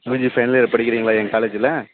UG final year படிக்கிறீங்களா எங்கள் காலேஜில்